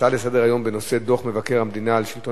ההצעות לסדר-היום בנושא דוח מבקר המדינה על השלטון